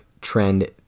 trend